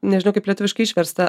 nežinau kaip lietuviškai išversta